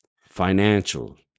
financial